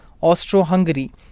Austro-Hungary